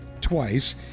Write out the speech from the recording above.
twice